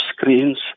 screens